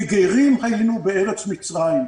כי גרים היינו בארץ מצרים.